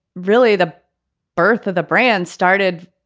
really, the birth of the brand started.